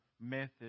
method